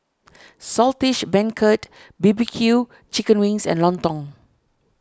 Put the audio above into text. Saltish Beancurd B B Q Chicken Wings and Lontong